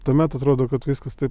tuomet atrodo kad viskas taip